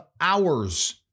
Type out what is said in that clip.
hours